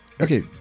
Okay